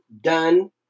done